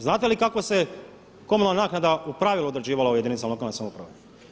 Znate li kako se komunalna naknada u pravilu određivala u jedinicama lokalne samouprave?